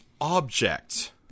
object